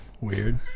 weird